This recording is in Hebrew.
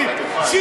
פולין,